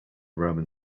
roman